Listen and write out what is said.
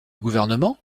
gouvernement